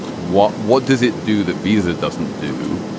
what what does it do that visa doesn't do?